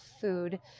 food